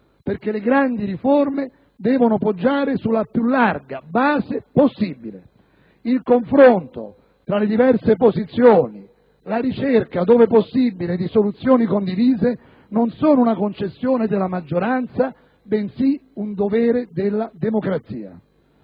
perché le grandi riforme devono poggiare sulla più larga base possibile. Il confronto tra le diverse posizioni e la ricerca dove possibile di soluzioni condivise non sono una concessione della maggioranza, bensì un dovere della democrazia.